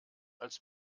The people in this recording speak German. als